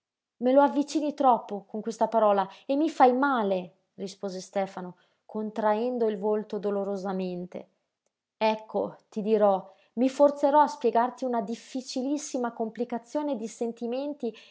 me lo avvicini troppo con questa parola e mi fai male rispose stefano contraendo il volto dolorosamente ecco ti dirò mi forzerò a spiegarti una difficilissima complicazione di sentimenti